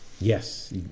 yes